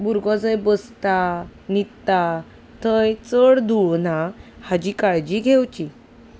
भुरगो जंय बसता न्हिदता थंय चड धूळ ना हाची काळजी घेवची